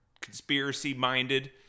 conspiracy-minded